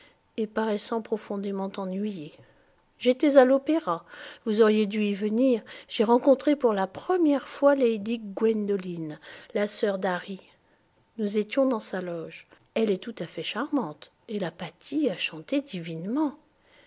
et paraissant profondément ennuyé j'étais à l'opéra vous auriez dû y venir j'ai rencontré pour la première fois lady gwendoline la sœur d'harry nous étions dans sa loge elle est tout à fait charmante et la patti a chanté divinement